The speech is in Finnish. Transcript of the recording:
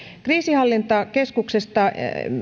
kriisinhallintakeskuksesta